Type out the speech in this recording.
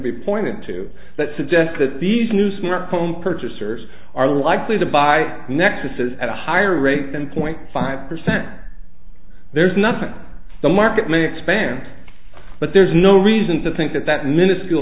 be pointed to that suggest that these new smartphone purchasers are likely to buy nexuses at a higher rate than point five percent there's nothing the market may expand but there's no reason to think that that minuscule